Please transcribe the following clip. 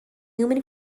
human